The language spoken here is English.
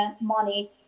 money